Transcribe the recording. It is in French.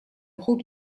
groupe